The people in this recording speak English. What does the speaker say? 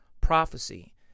prophecy